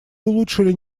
улучшили